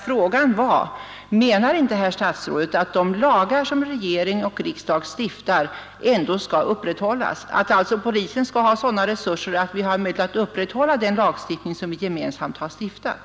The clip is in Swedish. Frågan var: Menar inte herr statsrådet att de lagar som regering och riksdag stiftar ändå skall upprätthållas — att alltså polisen skall ha sådana resurser att vi har möjligheter att upprätthålla de lagar som vi gemensamt har stiftat?